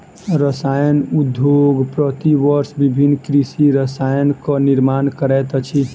रसायन उद्योग प्रति वर्ष विभिन्न कृषि रसायनक निर्माण करैत अछि